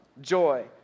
joy